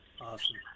Awesome